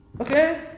Okay